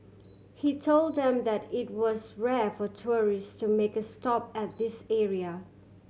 he told them that it was rare for tourist to make a stop at this area